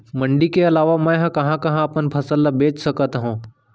मण्डी के अलावा मैं कहाँ कहाँ अपन फसल ला बेच सकत हँव?